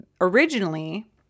originally